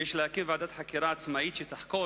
שיש להקים ועדת חקירה עצמאית שתחקור